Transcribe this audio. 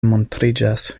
montriĝas